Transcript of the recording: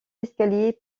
escaliers